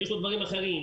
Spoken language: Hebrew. שיש לו דברים אחרים,